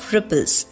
Ripples